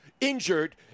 injured